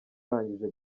arangije